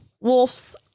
Wolf's